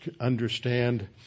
understand